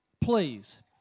please